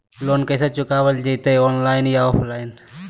Loan कैसे चुकाबल जयते ऑनलाइन बोया ऑफलाइन?